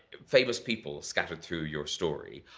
famous people scattered through your story.